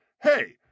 hey